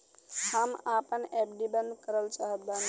हम आपन एफ.डी बंद करल चाहत बानी